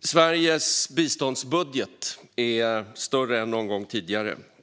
Sveriges biståndsbudget är större än någon gång tidigare.